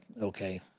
okay